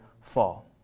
fall